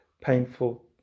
painful